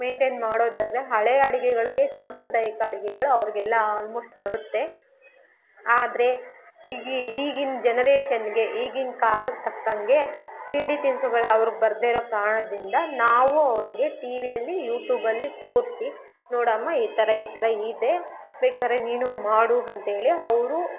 maintain ಮಾಡೋದಾದರೆ ಹಳೆ ಅಡಿಗೆಗಳಿಗೆ ಸಾಂಪ್ರದಾಯಿಕ ಅಡಿಗೆಗಳು ಅವ್ರಿಗೆಲ್ಲ ಆಲ್ಮೋಸ್ಟ್ ಬರುತ್ತೆ ಆದರೆ ಈಗ ಈಗಿನ ಜನರೇಶನ್ಗೆ ಈಗಿನ ಕಾಲಕ್ಕೆ ತಕ್ಕಂಗೆ ತಿಂಡಿ ತಿನ್ಸುಗಳು ಅವ್ರಿಗೆ ಬರದೇ ಇರೋ ಕಾರಣದಿಂದ ನಾವು ಅವ್ರಿಗೆ ಟಿ ವಿಯಲ್ಲಿ ಯೂಟ್ಯೂಬಲ್ಲಿ ತೋರಿಸಿ ನೋಡಮ್ಮ ಈ ಥರ ಈ ಥರ ಇದೆ ಬೇಕಾರೆ ನೀನು ಮಾಡು ಅಂತೇಳಿ ಅವರು